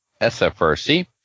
SFRC